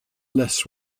less